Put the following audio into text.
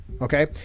Okay